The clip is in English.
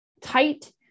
tight